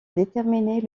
déterminer